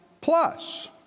plus